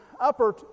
upper